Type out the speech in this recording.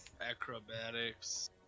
Acrobatics